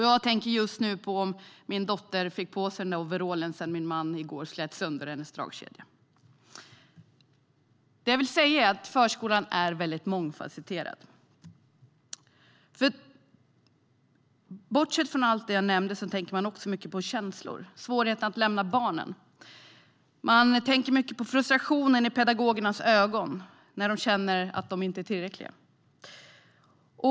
Jag tänker just nu på om min dotter fick på sig den där overallen sedan min man i går slet sönder dess dragkedja. Det jag vill säga är att förskolan är väldigt mångfasetterad. Bortsett från allt det jag nämnde tänker man nämligen också mycket på känslor. Man tänker på svårigheten att lämna barnen och på frustrationen i pedagogernas ögon när de känner att de inte är tillräckliga.